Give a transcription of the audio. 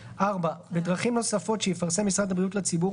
" בדרכים נוספות שיפורסם משרד הבריאות לציבור,